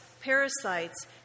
Parasites